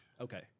Okay